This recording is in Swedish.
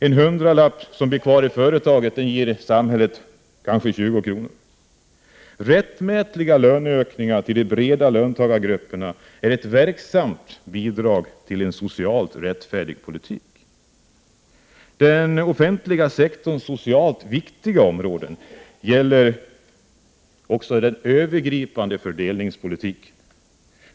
En hundralapp som blir kvar i företaget ger samhället kanske 20 kr. Rättmätiga löneökningar till de breda löntagargrupperna är ett verksamt bidrag till en socialt rättfärdig politik. För den offentliga sektorns socialt viktiga områden gäller också den övergripande fördelningspolitiken.